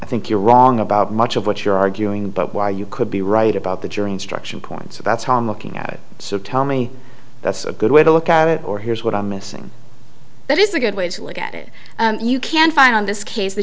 i think you're wrong about much of what you're arguing but why you could be right about the jury instruction points about tom looking at it so tell me that's a good way to look at it or here's what i'm missing that is a good way to look at it you can find on this case